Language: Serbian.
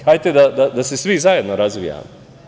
Hajde da se svi zajedno razvijamo.